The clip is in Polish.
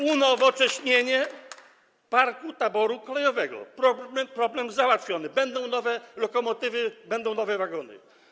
Unowocześnienie parku taboru kolejowego - problem załatwiony, będą nowe lokomotywy, będą nowe wagony.